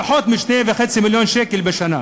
פחות מ-2.5 מיליון שקל בשנה.